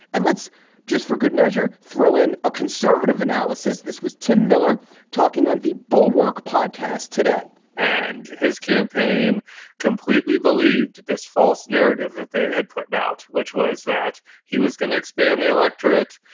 and let's just for good measure, throw in a conservative analysis. this was tim miller talking on the bull work podcast today and his campaign completely believed this false narrative that they had put out, which was that he was going to expand the electorate,